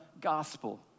gospel